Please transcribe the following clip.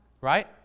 Right